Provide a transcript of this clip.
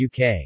UK